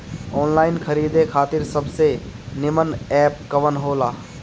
Online खरीदे खातिर सबसे नीमन एप कवन हो ला?